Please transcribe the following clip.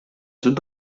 sud